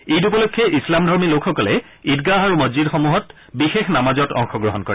ইদ উপলক্ষে ইছলামধৰ্মী লোকসকলে ঈদগাহ আৰু মছজিদসমূহত বিশেষ নামাজত অংশগ্ৰহণ কৰে